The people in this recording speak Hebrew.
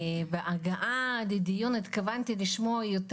בהגעתי לדיון אני התכוונתי לשמוע יותר